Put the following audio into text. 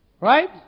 Right